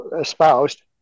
espoused